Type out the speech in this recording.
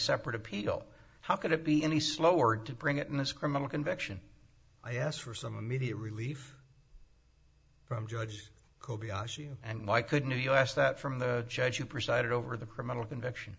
separate appeal how could it be any slower to bring it in this criminal conviction i ask for some immediate relief from judge kobayashi and why couldn't you us that from the judge who presided over the criminal conviction